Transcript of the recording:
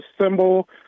symbol